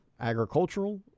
agricultural